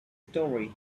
story